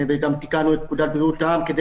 וגם תיקנו את פקודת בריאות העם כדי